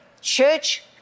church